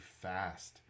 fast